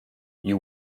you